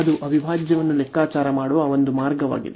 ಅದು ಅವಿಭಾಜ್ಯವನ್ನು ಲೆಕ್ಕಾಚಾರ ಮಾಡುವ ಒಂದು ಮಾರ್ಗವಾಗಿದೆ